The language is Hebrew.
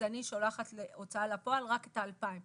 אז אני שולחת להוצאה לפועל רק את ה-2,000.